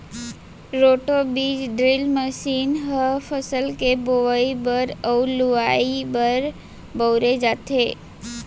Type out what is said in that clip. roto बीज drill machine ह फसल के बोवई बर अउ लुवाई बर बउरे जाथे